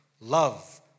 love